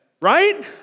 right